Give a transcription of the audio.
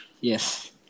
Yes